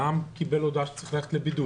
אדם קיבל הודעה שהוא צריך ללכת לבידוד.